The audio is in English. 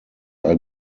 are